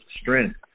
strength